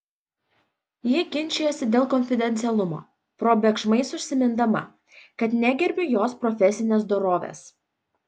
ji ginčijosi dėl konfidencialumo probėgšmais užsimindama kad negerbiu jos profesinės dorovės